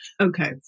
Okay